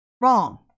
Wrong